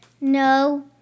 No